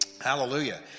Hallelujah